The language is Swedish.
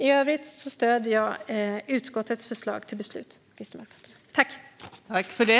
I övrigt stöder jag och Kristdemokraterna utskottets förslag till beslut.